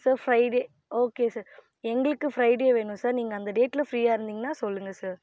sir Friday okay sir எங்களுக்கு Friday வேணும் sir நீங்கள் அந்த டேடில் ஃப்ரீயாக இருந்தீங்கன்னால் சொல்லுங்கள் சார்